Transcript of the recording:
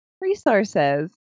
resources